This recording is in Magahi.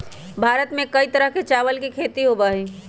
भारत में कई तरह के चावल के खेती होबा हई